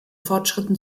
fortschritten